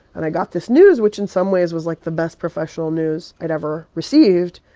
and i got this news which, in some ways, was, like, the best professional news i'd ever received.